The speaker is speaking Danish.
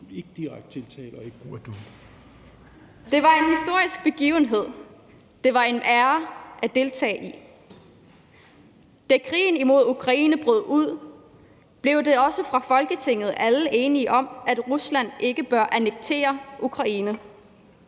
Det var en historisk begivenhed, som det var en ære at deltage i. Da krigen i Ukraine brød ud, blev alle i Folketinget enige om, at Rusland ikke bør annektere Ukraine.